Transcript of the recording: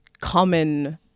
common